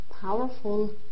powerful